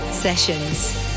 sessions